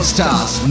Stars